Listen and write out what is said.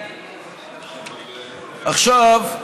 עכשיו,